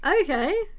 Okay